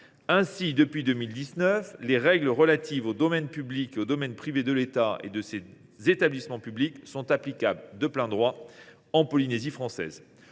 Ainsi, depuis 2019, les règles relatives aux domaines public et privé de l’État et de ses établissements publics sont applicables de plein droit en Polynésie française.